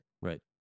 right